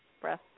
breath